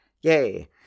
Yay